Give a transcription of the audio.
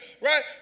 Right